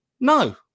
No